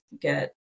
get